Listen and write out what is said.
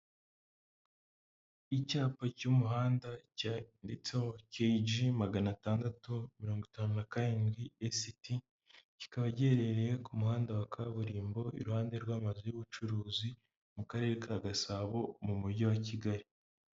Icyapa cy'umuhanda cyanditseho KG magana atandatu mirongo itanu na karinndwi esiti, kikaba giherereye ku muhanda wa kaburimbo iruhande rw'amazu y'ubucuruzi mu Karere ka Gasabo mu Mujyi wa Kigali.